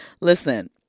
Listen